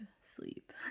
sleep